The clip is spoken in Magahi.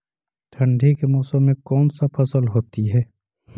ठंडी के मौसम में कौन सा फसल होती है?